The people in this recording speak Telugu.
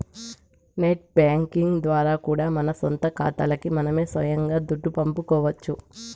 నెట్ బ్యేంకింగ్ ద్వారా కూడా మన సొంత కాతాలకి మనమే సొయంగా దుడ్డు పంపుకోవచ్చు